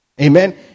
Amen